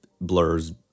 Blur's